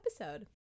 episode